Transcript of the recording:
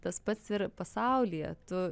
tas pats ir pasaulyje tu